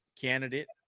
candidate